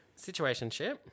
Situationship